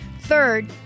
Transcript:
Third